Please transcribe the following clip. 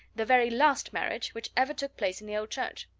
the very last marriage which ever took place in the old church.